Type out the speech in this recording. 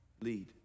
lead